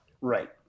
Right